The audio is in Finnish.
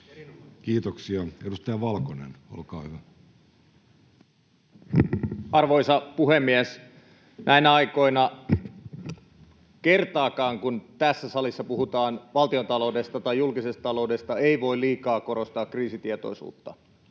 Time: 14:24 Content: Arvoisa puhemies! Näinä aikoina kertaakaan, kun tässä salissa puhutaan valtiontaloudesta tai julkisesta taloudesta, ei voi liikaa korostaa kriisitietoisuutta.